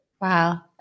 Wow